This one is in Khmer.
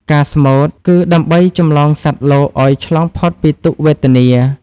ការស្មូត គឺដើម្បីចម្លងសត្វលោកឱ្យឆ្លងផុតពីទុក្ខវេទនា។